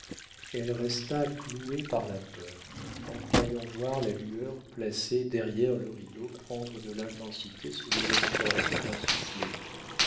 elle resta clouée par la peur en croyant voir la lueur placée derrière le rideau prendre de l'intensité sous les aspirations d'un soufflet